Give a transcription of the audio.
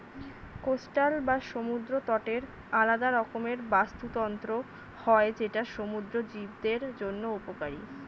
coastal বা সমুদ্র তটের আলাদা রকমের বাস্তুতন্ত্র হয় যেটা সমুদ্র জীবদের জন্য উপকারী